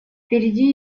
впереди